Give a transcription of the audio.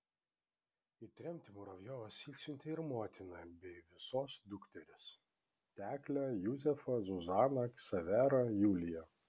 į tremtį muravjovas išsiuntė ir motiną bei visos dukteris teklę juzefą zuzaną ksaverą juliją